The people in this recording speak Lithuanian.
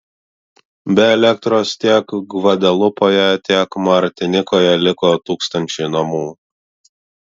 be elektros tiek gvadelupoje tiek martinikoje liko tūkstančiai namų